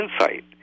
insight